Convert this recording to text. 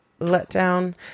letdown